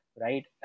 right